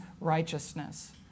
righteousness